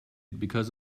because